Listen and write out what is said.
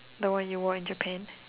the one you wore in Japan